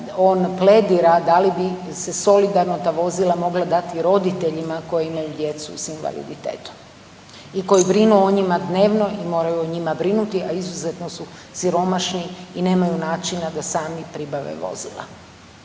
on pledira da li bi se solidarno ta vozila mogla dati roditeljima koji imaju djecu s invaliditetom i koji brinu o njima dnevno i moraju o njima brinuti, a izuzetno su siromašni i nemaju načina da sami pribave vozila.